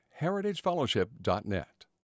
heritagefellowship.net